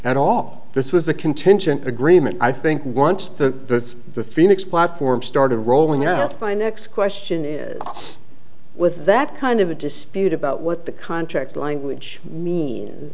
and all this was a contingent agreement i think once the the phoenix platform started rolling ask my next question is with that kind of a dispute about what the contract language means